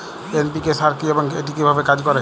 NPK সার কি এবং এটি কিভাবে কাজ করে?